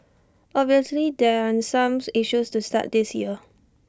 obviously there aren't the same issues to start this year